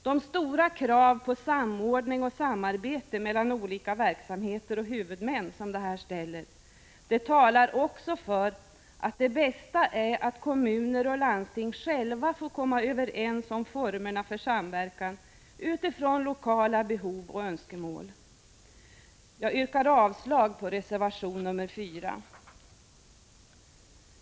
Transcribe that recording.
De stora krav på samordning och samarbete mellan olika verksamheter och huvudmän som detta ställer talar också för att det bästa är att kommuner och landsting själva får komma överens om formerna för samverkan utifrån lokala behov och önskemål. Jag yrkar avslag på reservation nr 4.